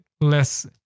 less